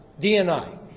DNI